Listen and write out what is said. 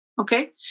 Okay